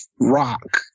rock